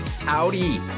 Howdy